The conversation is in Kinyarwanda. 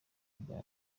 bwa